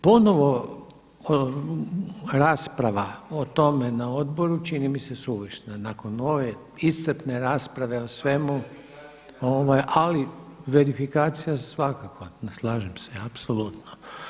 Ponovno rasprava o tome na odboru čini mi se suvišna, nakon ove iscrpne rasprave o svemu ali verifikacija svakako, slažem se, apolutno.